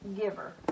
giver